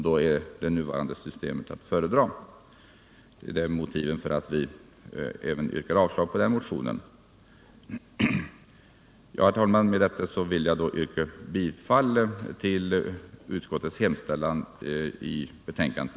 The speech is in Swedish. Då är det nuvarande systemet att föredra. Det är motivet för att vi avstyrker motionen.